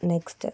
next